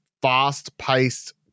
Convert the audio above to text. fast-paced